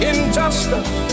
Injustice